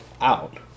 out